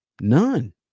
none